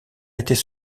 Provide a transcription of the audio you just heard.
était